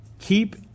keep